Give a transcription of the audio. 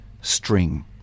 string